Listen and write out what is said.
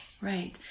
Right